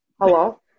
Hello